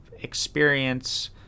experience